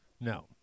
No